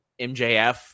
MJF